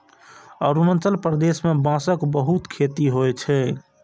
अरुणाचल प्रदेश मे बांसक बहुत खेती होइ छै